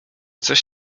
coś